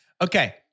Okay